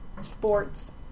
sports